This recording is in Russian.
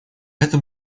это